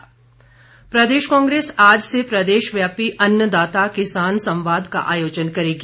कांग्रेस प्रदेश कांग्रेस आज से प्रदेशव्यापी अन्नदाता किसान संवाद का आयोजन करेगी